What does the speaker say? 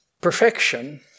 perfection